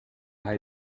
hij